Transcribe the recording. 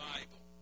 Bible